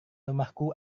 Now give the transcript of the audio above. rumahku